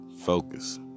Focus